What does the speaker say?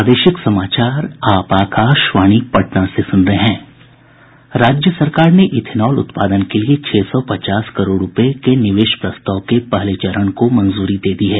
राज्य सरकार ने इथेनॉल उत्पादन के लिए छह सौ पचास करोड़ रूपये के निवेश प्रस्ताव के पहले चरण को मंजूरी दे दी है